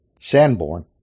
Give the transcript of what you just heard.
Sanborn